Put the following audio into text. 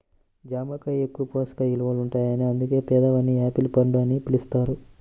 జామ కాయ ఎక్కువ పోషక విలువలుంటాయని అందుకే పేదవాని యాపిల్ పండు అని పిలుస్తారు